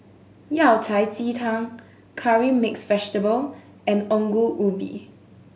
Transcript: Yao Cai ji tang Curry Mixed Vegetable and Ongol Ubi